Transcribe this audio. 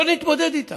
לא נתמודד איתה.